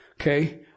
Okay